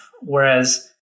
whereas